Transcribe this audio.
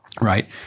right